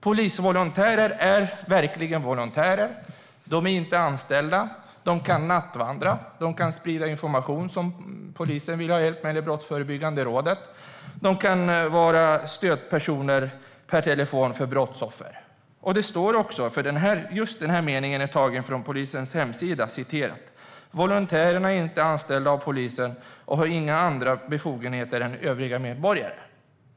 Polisvolontärer är verkligen volontärer; de är inte anställda. De kan nattvandra, och de kan sprida information från polisen eller Brottsförebyggande rådet. De kan vara stödpersoner för brottsoffer per telefon. Just den här meningen i interpellationssvaret är tagen från polisens hemsida: "Volontärerna är inte anställda av polisen och har inga andra befogenheter än övriga medborgare."